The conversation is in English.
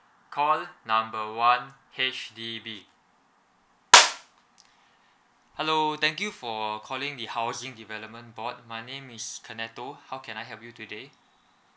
call number one H_D_B hello thank you for calling the housing development board my name is kenneto how can I help you today